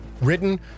Written